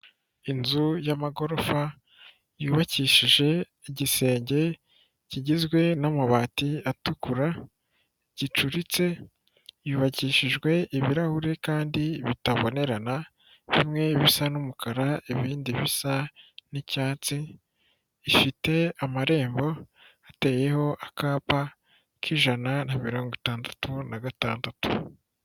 Inzu y'amagorofa yubakishije igisenge kigizwe n'amabati atukura gicuritse, yubakishijwe ibirahuri kandi bitabonerana bimwe bisa n'umukara ibindi bisa n'icyatsi, ifite amarembo ateyeho akapa k'ijana na mirongo itandatu na gatandatu.